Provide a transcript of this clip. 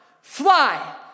fly